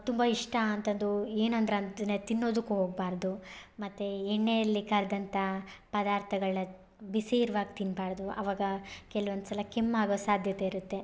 ತುಂಬ ಇಷ್ಟ ಅಂಥದ್ದು ಏನು ಅಂದ್ರೆ ಅಂತನೇ ತಿನ್ನೋದಕ್ಕೂ ಹೋಗ್ಬಾರ್ದು ಮತ್ತೆ ಎಣ್ಣೆಯಲ್ಲಿ ಕರಿದಂಥ ಪದಾರ್ಥಗಳ್ನ ಬಿಸಿ ಇರುವಾಗ ತಿನ್ಬಾರ್ದು ಅವಾಗ ಕೆಲವೊಂದ್ಸಲ ಕೆಮ್ಮು ಆಗೋ ಸಾಧ್ಯತೆ ಇರುತ್ತೆ